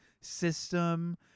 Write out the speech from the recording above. system